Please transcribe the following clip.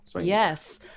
Yes